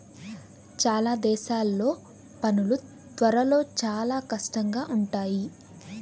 చాలా దేశాల్లో పనులు త్వరలో చాలా కష్టంగా ఉంటాయి